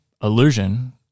illusion